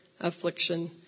affliction